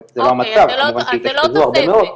זה לא המצב, כמובן שהתאשפזו הרבה מאוד.